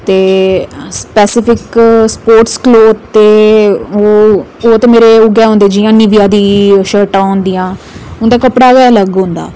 ते specific sports cloth ते ओह् ते मेरे होए हुंदे जि'यां निव्या दी शर्टां होंदियां उं'दा कपड़ा गै अलग होंदा